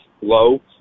low